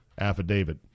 affidavit